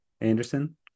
Anderson